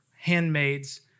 handmaid's